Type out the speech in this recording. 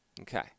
Okay